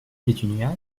pétunia